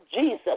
Jesus